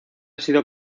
sido